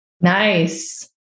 Nice